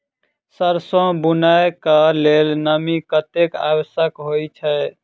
सैरसो बुनय कऽ लेल नमी कतेक आवश्यक होइ छै?